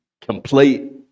complete